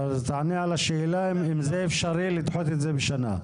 תענה על השאלה האם זה אפשרי לדחות את זה בשנה.